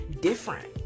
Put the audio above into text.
different